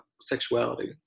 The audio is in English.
sexuality